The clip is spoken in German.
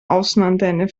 außenantenne